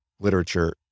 literature